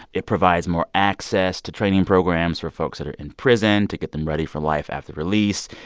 it provides more access to training programs for folks that are in prison to get them ready for life after release.